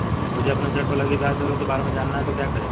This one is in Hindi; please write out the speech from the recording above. मुझे अपने ऋण पर लगी ब्याज दरों के बारे में जानना है तो क्या करें?